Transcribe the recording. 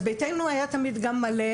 אז ביתנו תמיד היה תמיד גם מלא,